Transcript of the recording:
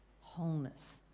wholeness